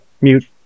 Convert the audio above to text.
mute